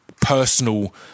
personal